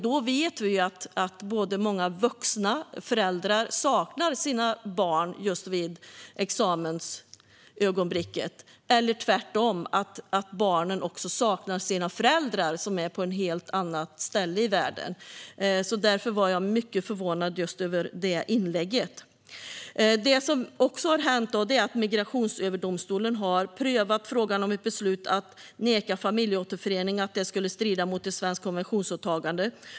Vi vet ju att många föräldrar saknar sina barn just vid examensögonblicket eller, tvärtom, att barn saknar sina föräldrar som är på ett helt annat ställe i världen. Därför blev jag mycket förvånad över just det inlägget. Migrationsöverdomstolen har också prövat frågan om ett beslut att neka familjeåterförening skulle strida mot ett svenskt konventionsåtagande.